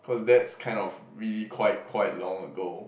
cause that's kind of really quite quite long ago